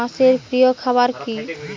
হাঁস এর প্রিয় খাবার কি?